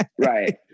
Right